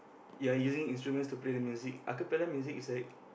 you're using instruments to play the music acapella music is like